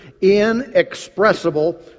inexpressible